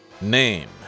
Name